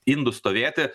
indų stovėti